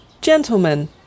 gentlemen